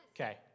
Okay